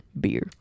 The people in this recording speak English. Beer